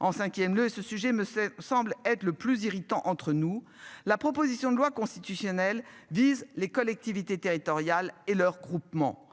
en cinquième le ce sujet me semble être le plus irritant entre nous. La proposition de loi constitutionnelle disent les collectivités territoriales et le regroupement,